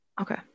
Okay